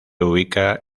ubica